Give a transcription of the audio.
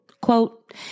Quote